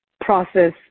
process